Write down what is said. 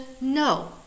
no